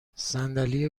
صندلی